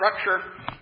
structure